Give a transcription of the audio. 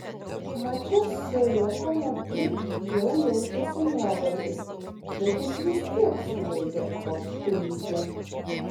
mače su lokomotiv jau jautėsi nuovargis bet jis vis tiek sužaidė aukštu lygiu